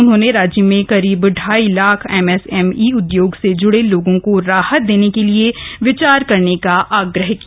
उन्होंने राज्य में करीब ढाई लाख एमएसएमई उद्योग से ज्ड़े लोगों को राहत देने के लिए विचार करने का आग्रह किया